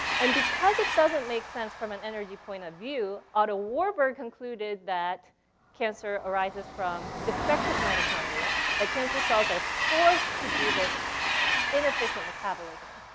and because it doesn't make sense from an energy point of view, otto warburg concluded that cancer arises from defective mitochondria, that cancer cells are forced to do this inefficient metabolism.